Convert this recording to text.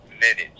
minutes